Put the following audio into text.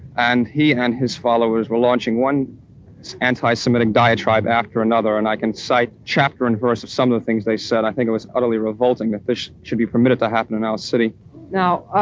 and he and his followers were launching one anti-semitic diatribe after another. and i can cite chapter and verse of some of the things they said. i think it was utterly revolting that this should be permitted to happen in our city now,